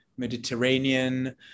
mediterranean